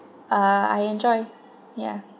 uh I enjoy ya